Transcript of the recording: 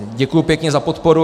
Děkuji pěkně za podporu.